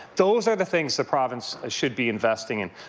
those are the things the province should be investing in.